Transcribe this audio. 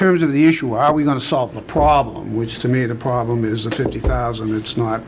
terms of the issue are we going to solve the problem which to me the problem is the fifty thousand and it's not